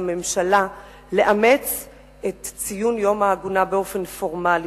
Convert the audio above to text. לממשלה, לאמץ את ציון יום העגונה באופן פורמלי.